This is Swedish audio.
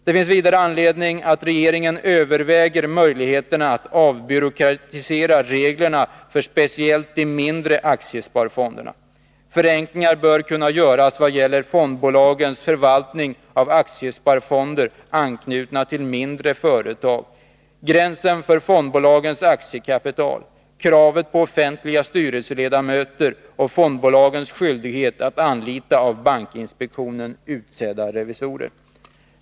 Det finns vidare anledning för regeringen att överväga möjligheterna att avbyråkratisera reglerna för speciellt de mindre aktiesparfonderna. Förenklingar bör kunna göras vad gäller fondbolagens förvaltning av aktiesparfonder anknutna till mindre företag, gränsen för fondbolagens aktiekapital, kravet på offentliga styrelseledamöter och fondbolagens skyldighet att anlita av bankinspektionen utsedda revisorer.